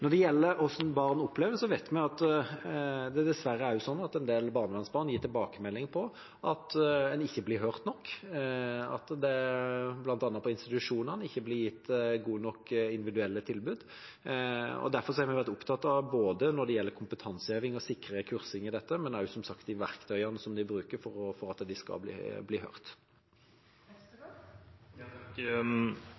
Når det gjelder hvordan barn opplever det, vet vi at det dessverre også er en del barnevernsbarn som gir tilbakemelding om at en ikke blir hørt nok, bl.a. på institusjoner, at det ikke blir gitt gode nok individuelle tilbud. Derfor har vi vært opptatt av både kompetansehevingen, å sikre kursing i dette, og også som sagt de verktøyene som de bruker for at de skal bli hørt.